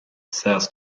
south